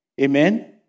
Amen